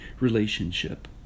Relationship